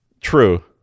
True